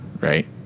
right